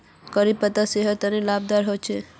करी पत्ता सेहटर तने लाभदायक होचे